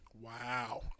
Wow